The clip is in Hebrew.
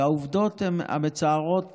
והעובדות המצערות